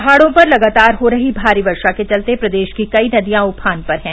पहाड़ों में लगातार हो रही भारी वर्षा के चलते प्रदेश की कई नदियां उफान पर है